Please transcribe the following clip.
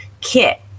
kit